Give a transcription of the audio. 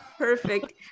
Perfect